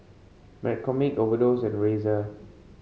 McCormick Overdose and Razer